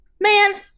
Man